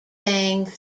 saying